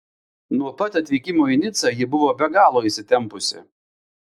nuo pat atvykimo į nicą ji buvo be galo įsitempusi